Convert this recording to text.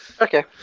Okay